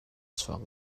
chuak